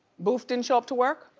boof didn't show up to work?